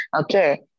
okay